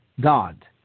God